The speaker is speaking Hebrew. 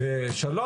יש שם